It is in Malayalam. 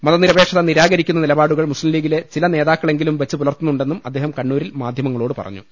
മതനിര പേക്ഷത നിരാകരിക്കുന്ന നിലപാടുകൾ മുസ്ലീംലീഗിലെ ചില നേതാക്കളെങ്കിലും വെച്ച് പുലർത്തുന്നുണ്ടെന്നും അദ്ദേഹം കണ്ണൂ രിൽ മാധ്യമങ്ങളോട് പറഞ്ഞു